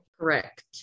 correct